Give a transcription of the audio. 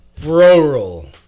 bro-roll